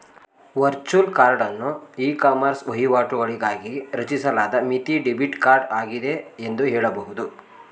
virtual ಕಾರ್ಡನ್ನು ecommerce ವಹಿವಾಟುಗಳಿಗಾಗಿ ರಚಿಸಲಾದ ಮಿತಿ ಡೆಬಿಟ್ ಕಾರ್ಡ್ ಆಗಿದೆ ಎಂದು ಹೇಳಬಹುದು